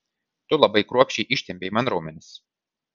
tu labai kruopščiai ištempei man raumenis